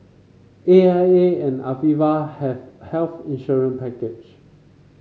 A I A and Aviva have health insurance package